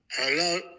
Hello